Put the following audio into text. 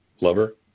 lover